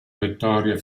vittoria